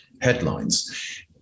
headlines